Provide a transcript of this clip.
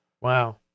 Wow